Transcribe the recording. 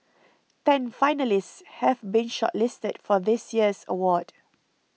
ten finalists have been shortlisted for this year's award